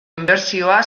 inbertsioa